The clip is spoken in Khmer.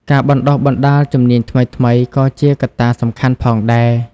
ការបណ្ដុះបណ្ដាលជំនាញថ្មីៗក៏ជាកត្តាសំខាន់ផងដែរ។